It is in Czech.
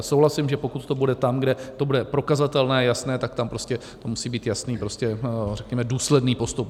Souhlasím, že pokud to bude tam, kde to bude prokazatelné, jasné, tak tam prostě musí být jasný, řekněme, důsledný postup.